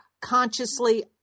consciously